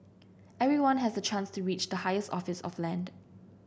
everyone has the chance to reach the highest office of land